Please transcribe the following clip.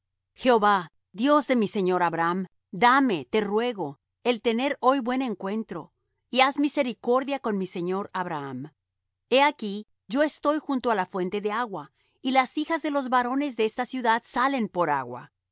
jehová dios de mi señor abraham dame te ruego el tener hoy buen encuentro y haz misericordia con mi señor abraham he aquí yo estoy junto á la fuente de agua y las hijas de los varones de esta ciudad salen por agua